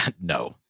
No